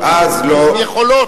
והיא עם יכולות,